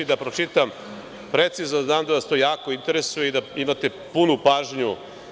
Da pročitam precizno, znam da vas to jako interesuje i da imate punu pažnju.